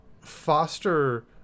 Foster